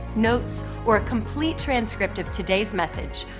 notes or a complete transcript of today's message,